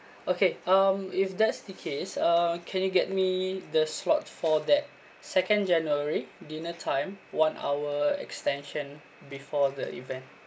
okay um if that's the case uh can you get me the slot for that second january dinner time one hour extension before the event